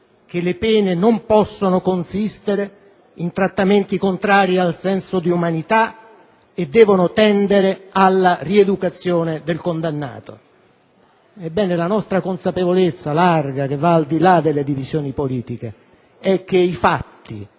che le pene non possono consistere in trattamenti contrari al senso di umanità e devono tendere alla rieducazione del condannato. Ebbene la nostra consapevolezza larga, che va la di là delle divisioni politiche, è che i fatti,